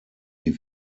die